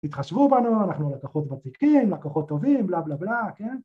‫תתחשבו בנו, אנחנו לקוחות ותיקים, ‫לקוחות טובים, בלה בלה בלה, כן?